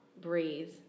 breathe